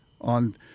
on